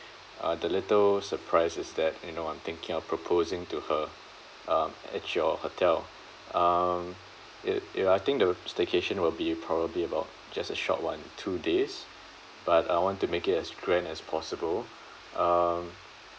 uh the little surprise is that you know I'm thinking of proposing to her uh at your hotel um it it I think the staycation will be probably about just a short one two days but I want to make it as grand as possible um